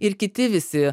ir kiti visi